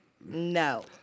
no